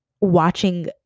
watching